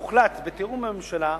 והוחלט, בתיאום עם הממשלה,